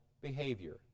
behavior